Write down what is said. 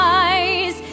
eyes